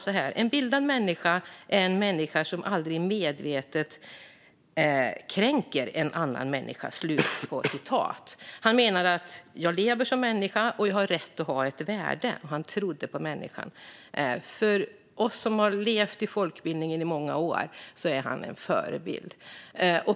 Vestlund sa: "En bildad människa är en människa som aldrig medvetet kränker en annan människa." Han menade att man som levande människa har rätt att ha ett värde. Han trodde på människan. För oss som har levt i folkbildningen i många år är han en förebild.